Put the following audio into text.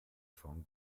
von